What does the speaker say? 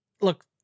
look